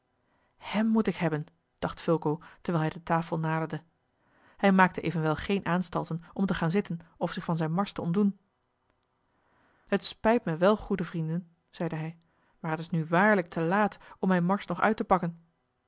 hem moet ik hebben dacht fulco terwijl hij de tafel naderde hij maakte evenwel geen aanstalten om te gaan zitten of zich van zijne mars te ontdoen het spijt mij wel goede vrienden zeide hij maar het is nu waarlijk te laat om mijne mars nog uit te pakken